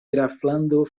graflando